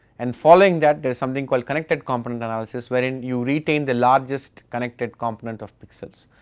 and following that, there is something called connected component analysis, wherein you retain the largest connected component of pixels.